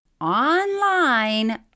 online